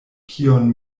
kion